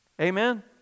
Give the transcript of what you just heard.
Amen